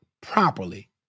properly